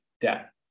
debt